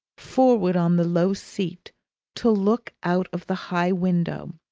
forward on the low seat to look out of the high window,